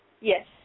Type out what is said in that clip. Yes